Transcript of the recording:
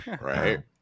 Right